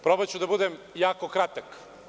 Probaću da budem jako kratak.